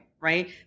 right